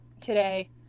today